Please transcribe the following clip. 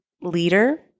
leader